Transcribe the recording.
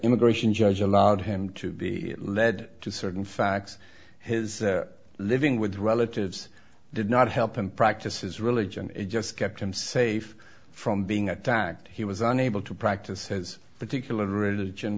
immigration judge allowed him to be led to certain facts his living with relatives did not help in practice his religion just kept him safe from being attacked he was unable to practice his particular religion